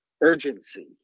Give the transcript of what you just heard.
urgency